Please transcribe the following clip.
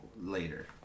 later